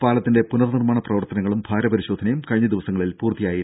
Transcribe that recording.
പാലത്തിന്റെ പുനർ നിർമ്മാണ പ്രവർത്തനങ്ങളും ഭാര പരിശോധനയും കഴിഞ്ഞ ദിവസങ്ങളിൽ പൂർത്തിയായിരുന്നു